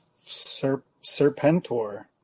Serpentor